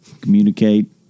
communicate